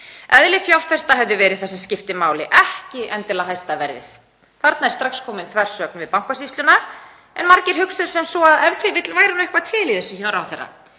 Eðli fjárfesta hefði verið það sem skipti máli, ekki endilega hæsta verðið. Þarna er strax komin þversögn við Bankasýsluna en margir hugsa sem svo að e.t.v. sé nú eitthvað til í þessu hjá ráðherra.